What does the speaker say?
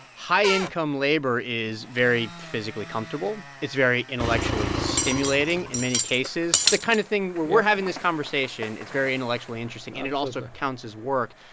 high income labor is very physically comfortable. it's very intellectually stimulating in many cases, the kind of thing where we're having this conversation, it's very intellectually interesting, and it also counts his work.